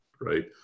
right